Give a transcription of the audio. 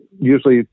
usually